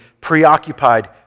preoccupied